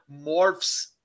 morphs